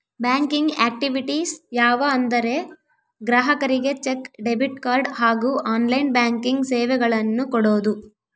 banking activities ಯಾವ ಅಂದರೆ ಗ್ರಾಹಕರಿಗೆ ಚೆಕ್, ಡೆಬಿಟ್ ಕಾರ್ಡ್ ಹಾಗೂ ಆನ್ಲೈನ್ ಬ್ಯಾಂಕಿಂಗ್ ಸೇವೆಗಳನ್ನು ಕೊಡೋದು